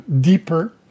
deeper